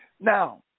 Now